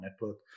network